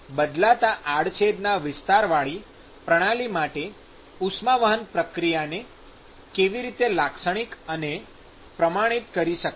તેથી બદલાતા આડછેડના વિસ્તાર વાળી પ્રણાલી માટે ઉષ્માવહન પ્રક્રિયાને કેવી રીતે લાક્ષણિક અને પ્રમાણિત કરી શકાય